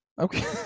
Okay